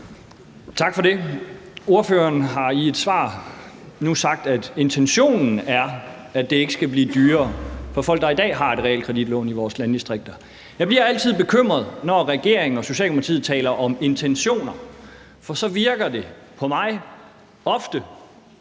Tak for det. Ordføreren har i et svar nu sagt, at intentionen er, at det ikke skal blive dyrere for folk, der i dag har et realkreditlån i vores landdistrikter. Jeg bliver altid bekymret, når regeringen og Socialdemokratiet taler om intentioner, for så virker det ofte